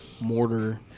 mortar